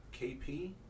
KP